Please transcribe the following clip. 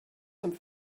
zum